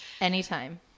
Anytime